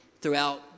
throughout